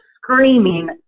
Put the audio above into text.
screaming